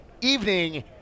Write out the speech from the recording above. evening